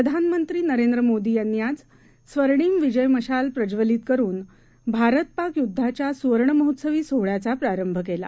प्रधाननंत्रीनरेंद्रमोदीयांनीआजस्वर्णिमविजयमशालप्रज्वलितकरूनभारत पाकयुद्धाच्यासुवर्णमहोत्सवीसोहळ्याचाप्रारंभकेला